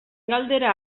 galdera